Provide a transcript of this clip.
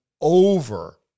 over